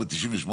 98,